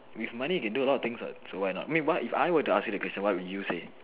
with money you can do a lot of things what so why not I mean if I were to ask you the question what would you say